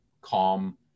calm